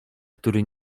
który